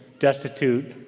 destitute,